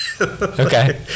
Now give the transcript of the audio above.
okay